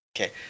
Okay